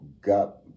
got